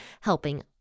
helping